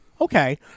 Okay